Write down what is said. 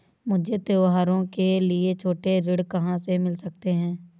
मुझे त्योहारों के लिए छोटे ऋण कहाँ से मिल सकते हैं?